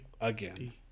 again